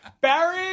barry